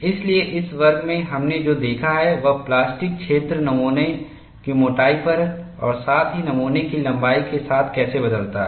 इसलिए इस वर्ग में हमने जो देखा है वह प्लास्टिक क्षेत्र नमूना की मोटाई पर और साथ ही नमूना की लंबाई के साथ कैसे बदलता है